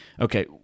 okay